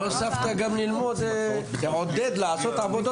הישיבה ננעלה בשעה